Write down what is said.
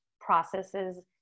processes